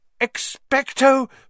Expecto